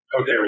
Okay